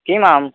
किमाम्